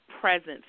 presence